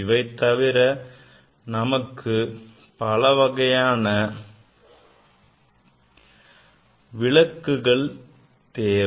இதைத் தவிர நமக்கு பல வகையான விளக்குகள் தேவை